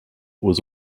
was